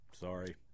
Sorry